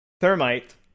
Thermite